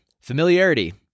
familiarity